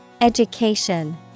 Education